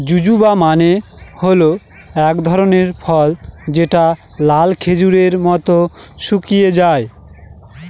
জুজুবা মানে হল এক ধরনের ফল যেটা লাল খেজুরের মত শুকিয়ে যায়